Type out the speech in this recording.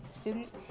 student